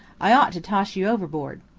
i ought to toss you overboard.